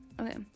Okay